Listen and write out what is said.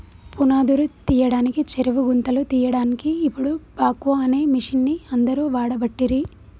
పునాదురు తీయడానికి చెరువు గుంతలు తీయడాన్కి ఇపుడు బాక్వో అనే మిషిన్ని అందరు వాడబట్టిరి